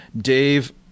Dave